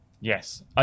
Yes